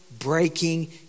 breaking